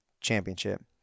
Championship